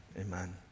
amen